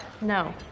No